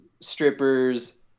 strippers